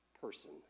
person